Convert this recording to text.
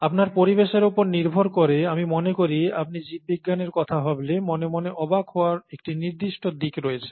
আপনার পরিবেশের উপর নির্ভর করে আমি মনে করি আপনি জীববিজ্ঞানের কথা ভাবলে মনে মনে অবাক হওয়ার একটি নির্দিষ্ট দিক রয়েছে